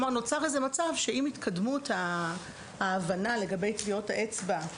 נוצר מצב שעם התקדמות ההבנה לגבי טביעות האצבע,